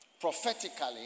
prophetically